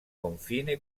confine